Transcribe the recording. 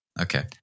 Okay